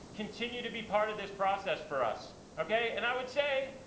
continue to be part of this process for us, okay? and i would say,